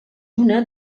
una